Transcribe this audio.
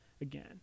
again